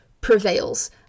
prevails